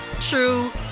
true